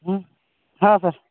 हो सर